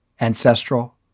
ancestral